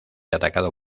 atacado